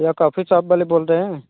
भैया coffee shop वाले बोल रहे हैं